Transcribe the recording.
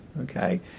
Okay